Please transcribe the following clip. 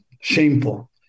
shameful